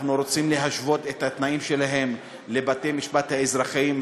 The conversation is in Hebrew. אנחנו רוצים להשוות את התנאים שלהם לתנאים בבתי-המשפט האזרחיים,